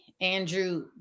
Andrew